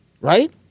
right